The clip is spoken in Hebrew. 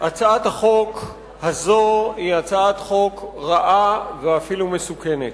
הצעת החוק הזאת היא הצעת חוק רעה ואפילו מסוכנת.